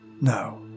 No